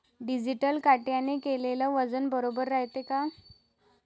Digital काट्याने केलेल वजन बरोबर रायते का?